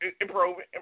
improving